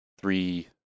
three